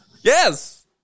Yes